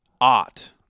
ought